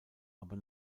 aber